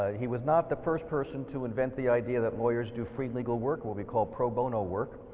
he was not the first person to invent the idea that lawyers do free legal work will be called pro bono work,